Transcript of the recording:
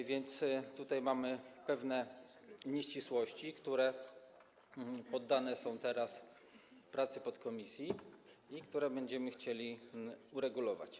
A więc tutaj mamy pewne nieścisłości, które poddane są teraz pracom w podkomisji, które będziemy chcieli uregulować.